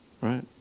right